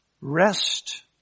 rest